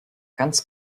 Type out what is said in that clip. ganz